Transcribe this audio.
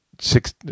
six